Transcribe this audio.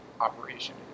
operation